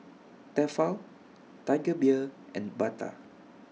Tefal Tiger Beer and Bata